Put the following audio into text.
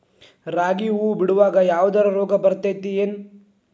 ರಾಗಿ ಹೂವು ಬಿಡುವಾಗ ಯಾವದರ ರೋಗ ಬರತೇತಿ ಏನ್?